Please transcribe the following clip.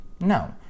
no